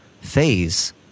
phase